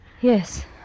Yes